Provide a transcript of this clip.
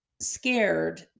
scared